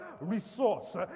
resource